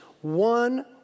one